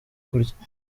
kurya